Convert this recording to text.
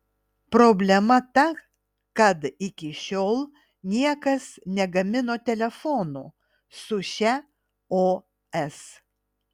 problema ta kad iki šiol niekas negamino telefonų su šia os